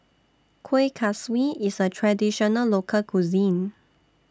Kueh Kaswi IS A Traditional Local Cuisine